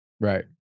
Right